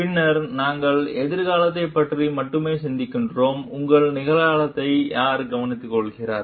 பின்னர் நாங்கள் எதிர்காலத்தைப் பற்றி மட்டுமே சிந்திக்கிறோம் உங்கள் நிகழ்காலத்தை யார் கவனித்துக்கொள்கிறார்கள்